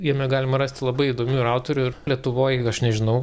jame galima rasti labai įdomių ir autorių ir lietuvoj aš nežinau